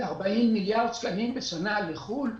כ-40 מיליארד שקלים בשנה לחו"ל,